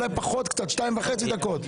אולי קצת פחות, 2.5 דקות.